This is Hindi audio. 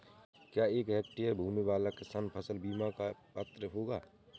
क्या एक हेक्टेयर भूमि वाला किसान फसल बीमा का पात्र होगा?